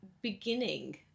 beginning